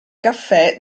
caffè